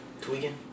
Tweaking